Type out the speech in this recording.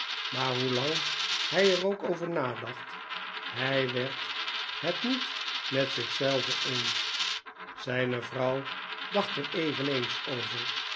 maar hoe lang hij er ook over nadacht hij werd het niet met zich zelven eens zh'ne vrouw dacht er eveneens over